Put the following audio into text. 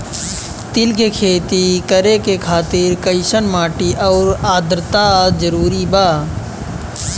तिल के खेती करे खातिर कइसन माटी आउर आद्रता जरूरी बा?